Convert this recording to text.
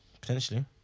Potentially